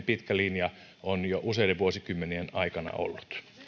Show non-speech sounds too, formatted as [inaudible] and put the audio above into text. [unintelligible] pitkä linja on jo useiden vuosikymmenien aikana ollut